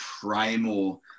primal